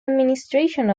administration